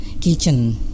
kitchen